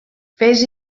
fes